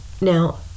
Now